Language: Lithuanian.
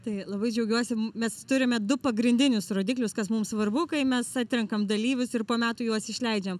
tai labai džiaugiuosi mes turime du pagrindinius rodiklius kas mums svarbu kai mes atrenkam dalyvius ir po metų juos išleidžiam